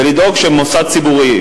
ולדאוג שמוסד ציבורי,